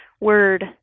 word